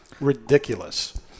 Ridiculous